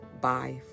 Bye